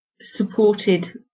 supported